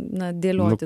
na dėlioti